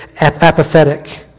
apathetic